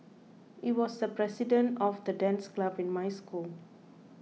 he was the president of the dance club in my school